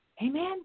Amen